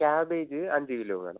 cabbage അഞ്ച് kilo വേണം